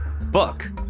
book